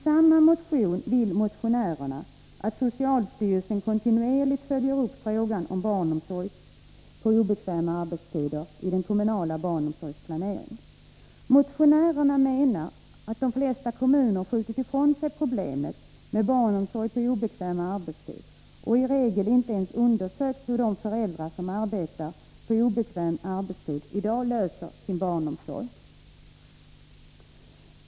samma motion vill motionärerna att socialstyrelsen kontinuerligt följer upp frågan om barnomsorg på obekväma arbetstider i den kommunala barnomsorgsplaneringen. Motionärerna menar att de flesta kommuner skjutit ifrån sig problemet med barnomsorg på obekväm arbetstid och i regel inte ens undersökt hur de föräldrar som arbetar på obekväm arbetstid i dag klarar barnomsorgen.